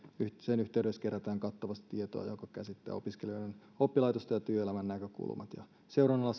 sen yhteydessä kerätään kattavasti tietoa joka käsittää opiskelijoiden oppilaitosten ja työelämän näkökulmat seurannalla